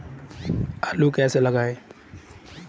आलू कैसे लगाएँ?